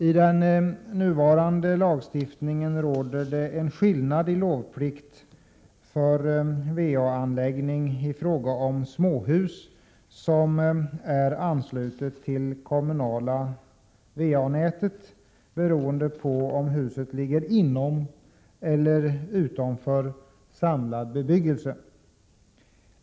I den nuvarande lagstiftningen råder en skillnad i lovplikt för va-anläggning i fråga om småhus som är anslutna till det kommunala va-nätet beroende på om huset ligger innanför eller utanför samlad bebyggelse.